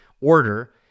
order